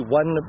one